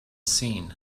seen